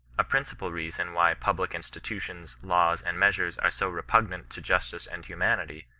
a principle reason why public institutions, laws, and measures are so repugnant to justice and humanity,